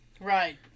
Right